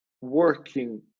working